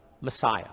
Messiah